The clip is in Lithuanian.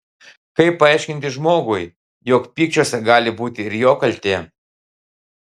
kaip paaiškinti žmogui jog pykčiuose gali būti ir jo kaltė